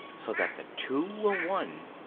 so that the two were one.